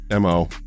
Mo